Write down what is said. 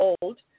old